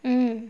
mm